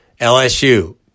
LSU